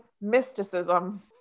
mysticism